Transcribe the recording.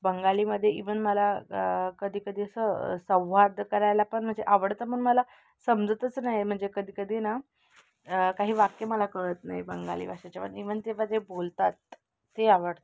बंगालीमध्ये even मला कधीकधी असं संवाद करायला पण म्हणजे आवडतं पण मला समजतच नाही आहे म्हणजे कधीकधी ना काही वाक्य मला कळत नाही बंगाली भाषेच्या मग इव्हन तेव्हा जे बोलतात ते आवडतं